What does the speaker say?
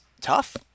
tough